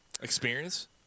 experience